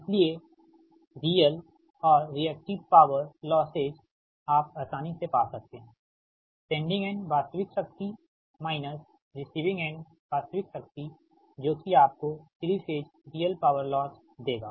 इसलिए रियल और reactive power losses आप आसानी से पा सकते हैं सेंडिंग एंड वास्तविक शक्ति माइनस रिसीविंग एंड वास्तविक शक्ति जो कि आपको 3 फेज रियल पॉवर लॉस देगा